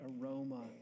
aroma